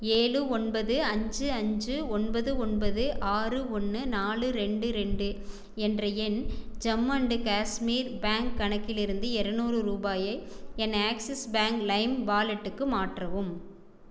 ஏழு ஒன்பது அஞ்சு அஞ்சு ஒன்பது ஒன்பது ஆறு ஒன்று நாலு ரெண்டு ரெண்டு என்ற என் ஜம்மு அண்டு காஷ்மீர் பேங்க் கணக்கிலிருந்து இருநூறு ரூபாயை என் ஆக்ஸிஸ் பேங்க் லைம் வாலெட்டுக்கு மாற்றவும்